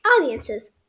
audiences